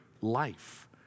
life